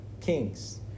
kings